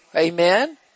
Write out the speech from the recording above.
Amen